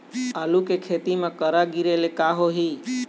आलू के खेती म करा गिरेले का होही?